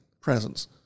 presence